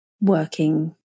working